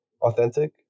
Authentic